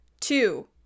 Two